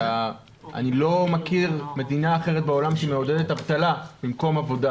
אני לא מכיר אף מדינה שמעודדת אבטלה במקום עבודה.